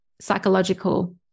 psychological